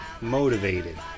motivated